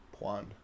Puan